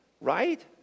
Right